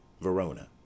Verona